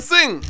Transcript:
Sing